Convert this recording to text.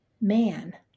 man